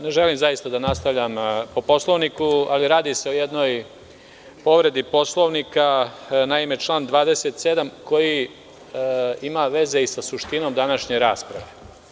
Ne želim da nastavljam po Poslovniku, ali radi se o jednoj povredi Poslovnika, naime, član 27. koji ima veze i sa suštinom današnje rasprave.